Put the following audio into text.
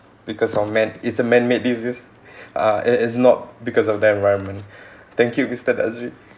because of man it's a man made disease uh it is not because of the environment thank you mister dhatri